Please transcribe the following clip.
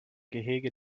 gehege